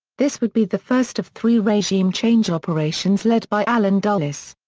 this would be the first of three regime change operations led by allen dulles.